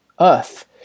earth